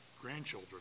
grandchildren